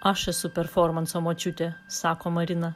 aš esu performanso močiutė sako marina